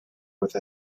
with